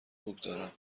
بگذارم